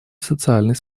социальной